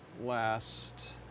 last